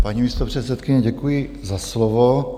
Paní místopředsedkyně, děkuji za slovo.